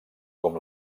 com